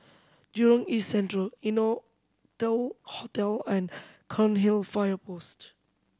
Jurong East Central Innotel Hotel and Cairnhill Fire Post